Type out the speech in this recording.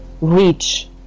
reach